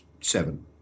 seven